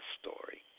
story